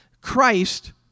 Christ